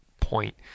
point